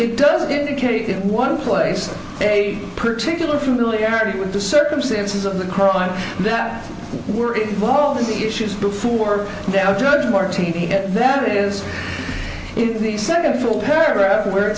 it does indicate in one place a particular familiarity with the circumstances of the crime that were involved in the issues before now judge moore t v that is if the second full paragraph where it